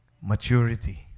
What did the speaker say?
maturity